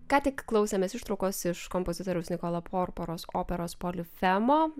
ką tik klausėmės ištraukos iš kompozitoriaus nikolo porporos operos polifemo